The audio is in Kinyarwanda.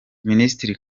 minisitiri